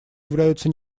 являются